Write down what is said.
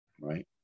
right